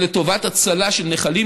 ולטובת הצלה של נחלים.